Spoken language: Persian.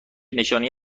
نشانهای